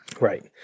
Right